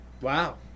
Wow